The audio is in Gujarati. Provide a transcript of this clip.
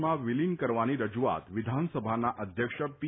માં વિલીન કરવાની રજૂઆત વિધાનસભાના અધ્યક્ષ પી